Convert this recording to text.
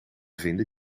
vinden